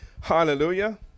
Hallelujah